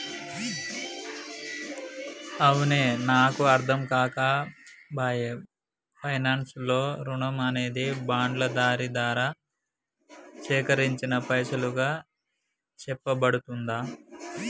అవునే నాకు అర్ధంకాక పాయె పైనాన్స్ లో రుణం అనేది బాండ్ల జారీ దారా సేకరించిన పైసలుగా సెప్పబడుతుందా